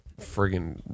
friggin